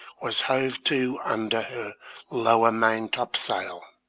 was hove to under her lower main-topsail.